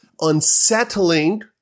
unsettling